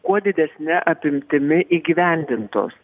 kuo didesne apimtimi įgyvendintos